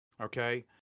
Okay